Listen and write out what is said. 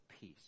peace